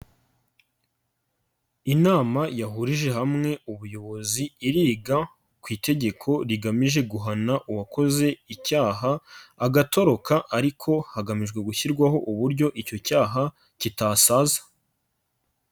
Inama yahurije hamwe ubuyobozi iriga ku itegeko rigamije guhana uwakoze icyaha agatoroka, ariko hagamijwe gushyirwaho uburyo icyo cyaha kitasaza.